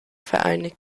vereinigt